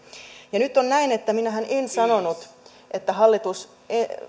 ja nyt on näin että minähän en sanonut että hallitus